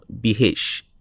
BH